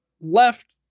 left